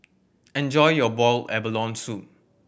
enjoy your boiled abalone soup